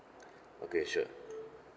okay sure